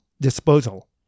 disposal